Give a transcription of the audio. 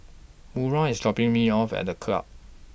Maura IS dropping Me off At The Club